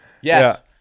Yes